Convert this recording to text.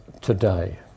today